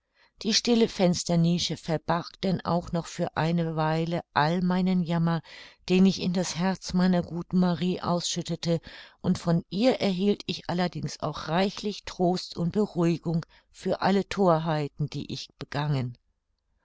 die stille fensternische verbarg denn auch noch für eine weile all meinen jammer den ich in das herz meiner guten marie ausschüttete und von ihr erhielt ich allerdings auch reichlich trost und beruhigung für alle thorheiten die ich begangen